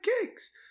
kicks